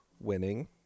winning